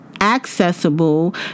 accessible